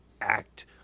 act